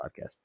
podcast